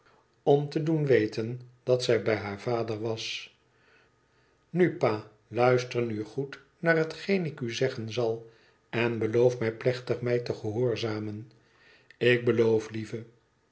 om te doen weten dat zij bij haar vader was nu pa luister nu goed naar hetgeen ik u zeggen zal en beloof mij plechtig mij te gehoorzamen ik beloof lieve